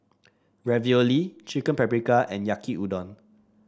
Ravioli Chicken Paprikas and Yaki Udon